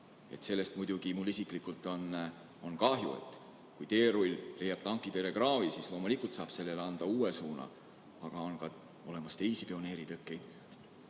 Sellest on mul isiklikult muidugi kahju. Kui teerull leiab tankitõrjekraavi, siis loomulikult saab sellele anda uue suuna, aga on olemas ka teisi pioneeritõkkeid.